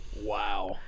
Wow